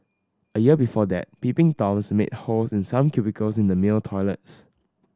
a year before that peeping Toms made holes in some cubicles in the male toilets